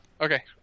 Okay